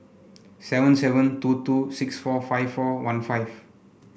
seven seven two two six four five four one five